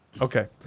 Okay